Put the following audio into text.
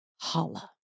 Holla